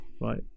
right